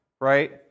right